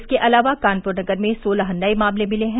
इसके अलावा कानपुर नगर में सोलह नए मामले मिले हैं